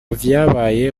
vyabaye